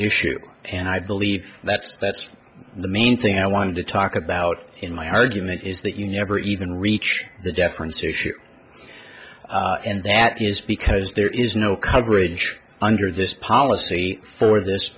issue and i believe that's that's the main thing i want to talk about in my argument is that you never even reach the deference issue and that is because there is no coverage under this policy for this